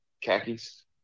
khakis